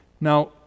Now